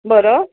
बरं